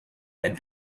had